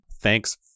Thanks